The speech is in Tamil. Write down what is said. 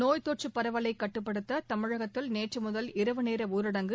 நோய்த் தொற்று பரவலை கட்டுப்படுத்த தமிழகத்தில் நேற்று முதல் இரவு நேர ஊரடங்கு